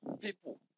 people